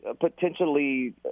potentially